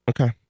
Okay